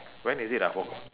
when is it ah forgot